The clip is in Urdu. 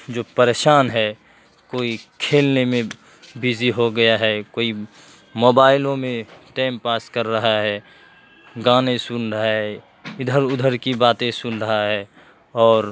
جو پریشان ہے کوئی کھیلنے میں بزی ہو گیا ہے کوئی موبائلوں میں ٹیم پاس کر رہا ہے گانے سن رہا ہے ادھر ادھر کی باتیں سن رہا ہے اور